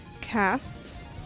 casts